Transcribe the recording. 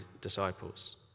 disciples